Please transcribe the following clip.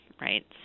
right